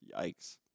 Yikes